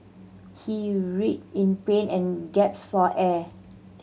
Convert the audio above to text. he writhed in pain and gaps for air